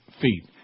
feet